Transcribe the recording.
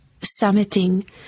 summiting